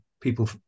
people